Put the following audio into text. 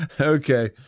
Okay